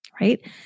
right